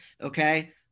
okay